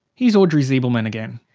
here's audrey zibelman again.